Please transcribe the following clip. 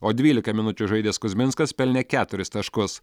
o dvylika minučių žaidęs kuzminskas pelnė keturis taškus